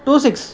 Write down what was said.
two six